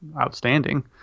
outstanding